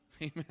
Amen